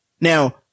Now